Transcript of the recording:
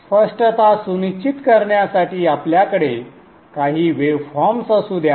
स्पष्टता सुनिश्चित करण्यासाठी आपल्याकडे काही वेवफॉर्म्स असू द्या